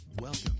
Welcome